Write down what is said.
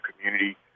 community